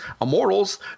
Immortals